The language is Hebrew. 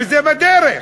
וזה בדרך.